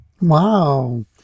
Wow